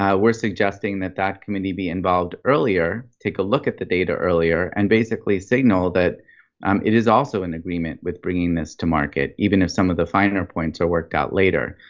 um we're suggesting that that committee be involved earlier, take a look at the data earlier and basically signal that it is also in agreement with bringing this to market. even if some of the finer points are worked out later.